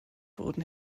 wurden